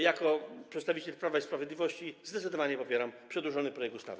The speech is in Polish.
Jako przedstawiciel Prawa i Sprawiedliwości zdecydowanie popieram przedłożony projekt ustawy.